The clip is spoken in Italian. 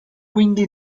quindi